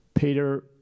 Peter